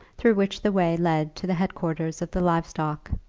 through which the way led to the head-quarters of the live-stock.